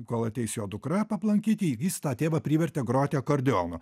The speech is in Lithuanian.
kol ateis jo dukra aplankyti jis tą tėvą privertė groti akordeonu